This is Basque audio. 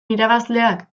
irabazleak